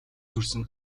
төрсөн